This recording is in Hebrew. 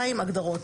2. הגדרות.